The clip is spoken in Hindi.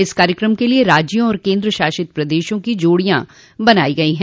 इस कार्यक्रम के लिए राज्यों और केन्द्र शासित प्रदेशों की जोडियां बनाई गई हैं